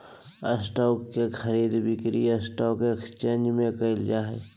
stock के खरीद बिक्री स्टॉक एकसचेंज में क़इल जा हइ